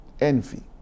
envy